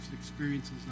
experiences